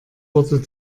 wurde